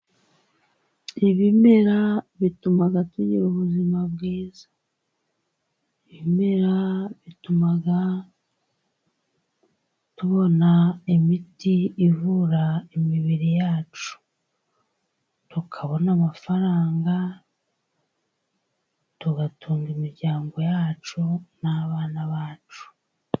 Ibimera bituma tugira ubuzima bwiza, ibimera bituma tubona imiti ivura imibiri yacu, tukabona amafaranga tugatunga imiryango yacu n'abana bacu.